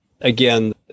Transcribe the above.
again